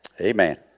Amen